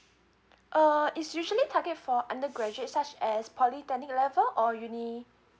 uh it's usually target for undergraduate such as polytechnic level or uni